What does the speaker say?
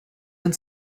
ein